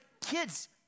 kids